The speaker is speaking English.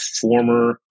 former